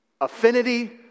Affinity